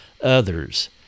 others